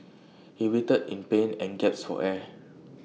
he writhed in pain and gasped for air